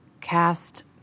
cast